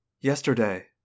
Yesterday